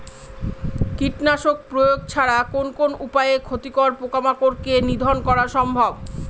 কীটনাশক প্রয়োগ ছাড়া কোন কোন উপায়ে ক্ষতিকর পোকামাকড় কে নিধন করা সম্ভব?